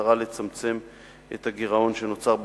במטרה לצמצם את הגירעון שנוצר בפרויקט.